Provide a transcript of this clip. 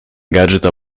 гаджета